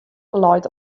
leit